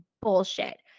bullshit